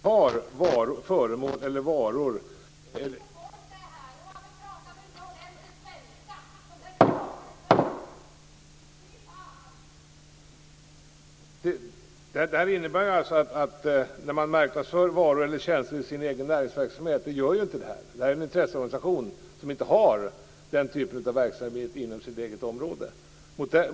Det här är en intresseorganisation som inte marknadsför varor eller tjänster inom sitt eget område. Den typen av verksamhet har man inte.